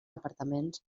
apartaments